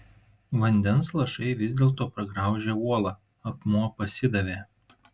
vandens lašai vis dėlto pragraužė uolą akmuo pasidavė